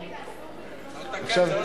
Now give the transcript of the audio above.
רגע,